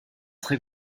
très